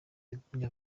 yagumye